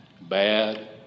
bad